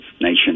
nation